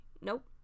Nope